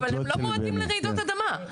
אבל הם לא מועדים לרעידות אדמה.